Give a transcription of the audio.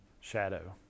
shadow